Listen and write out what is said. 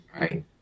right